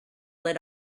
lit